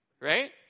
Right